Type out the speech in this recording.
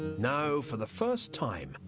now, for the first time,